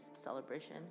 celebration